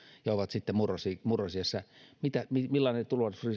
ja ovat sitten murrosiässä murrosiässä millainen